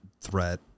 threat